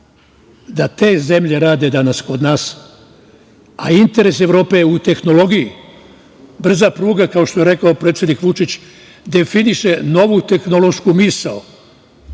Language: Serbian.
da te zemlje rade danas kod nas, a interes Evrope je u tehnologiji. Brza pruga, kao što je rekao predsednik Vučić, definiše novu tehnološku misao.